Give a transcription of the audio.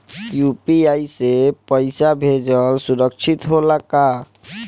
UPI से पैसा भेजल सुरक्षित होला का?